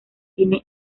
tiene